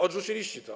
Odrzuciliście go.